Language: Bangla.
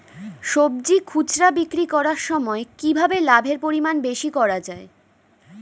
সবজি খুচরা বিক্রি করার সময় কিভাবে লাভের পরিমাণ বেশি করা যায়?